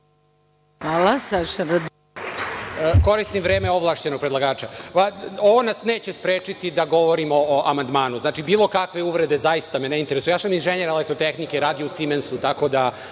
Radulović** Koristim vreme ovlašćenog predlagača. Ovo nas neće sprečiti da govorimo o amandmanu. Znači, bilo kakve uvrede, zaista me ne interesuju. Ja sam inženjer elektrotehnike i radio sam u „Simensu“, tako da